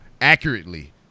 accurately